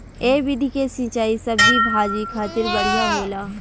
ए विधि के सिंचाई सब्जी भाजी खातिर बढ़िया होला